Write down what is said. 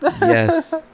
Yes